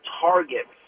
targets